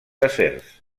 acers